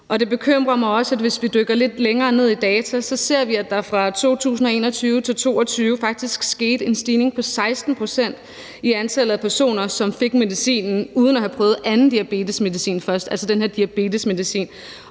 Det bekymrer mig også, at hvis vi dykker lidt længere ned i dataen, ser vi, at der fra 2021 til 2022 faktisk skete en stigning på 16 pct. i antallet af personer, som fik den her diabetesmedicin uden at have prøvet anden diabetesmedicin først. Det kan godt tyde